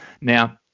Now